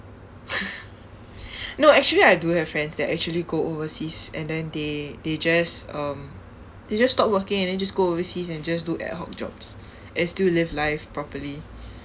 no actually I do have friends that actually go overseas and then they they just um they just stop working and then just go overseas and just do ad-hoc jobs and still live life properly